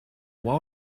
why